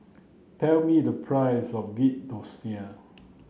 tell me the price of Ghee Thosai